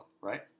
right